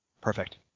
Perfect